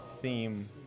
theme